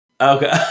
Okay